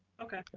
okay.